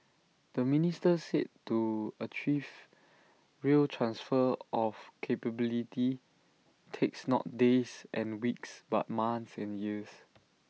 the minister said to achieve real transfer of capability takes not days and weeks but months and years